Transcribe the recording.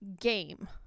game